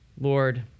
Lord